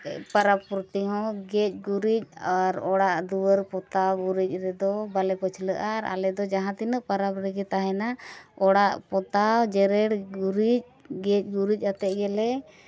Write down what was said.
ᱯᱚᱨᱚᱵᱽ ᱯᱷᱩᱨᱛᱤ ᱦᱚᱸ ᱜᱮᱡ ᱜᱩᱨᱤᱡ ᱟᱨ ᱚᱲᱟᱜ ᱫᱩᱣᱟᱹᱨ ᱯᱚᱛᱟᱣ ᱜᱩᱨᱤᱡ ᱨᱮᱫᱚ ᱵᱟᱞᱮ ᱯᱟᱹᱪᱷᱞᱟᱹᱜᱼᱟ ᱟᱨ ᱟᱞᱮᱫᱚ ᱡᱟᱦᱟᱸ ᱛᱤᱱᱟᱹᱜ ᱯᱚᱨᱚᱵᱽ ᱨᱮᱜᱮ ᱛᱟᱦᱮᱱᱟ ᱚᱲᱟᱜ ᱯᱚᱛᱟᱣ ᱡᱮᱨᱮᱲ ᱜᱩᱨᱤᱡ ᱜᱮᱡ ᱜᱩᱨᱤᱡ ᱟᱛᱮᱫ ᱜᱮᱞᱮ